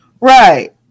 right